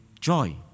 joy